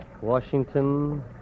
Washington